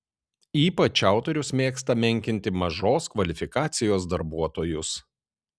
ypač autorius mėgsta menkinti mažos kvalifikacijos darbuotojus